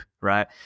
right